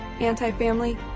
anti-family